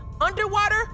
Underwater